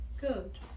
Good